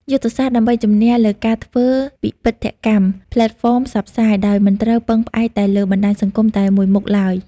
យុទ្ធសាស្ត្រដើម្បីជំនះគឺការធ្វើពិពិធកម្មផ្លេតហ្វមផ្សព្វផ្សាយ ដោយមិនត្រូវពឹងផ្អែកតែលើបណ្តាញសង្គមតែមួយមុខឡើយ។